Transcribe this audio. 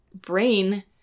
brain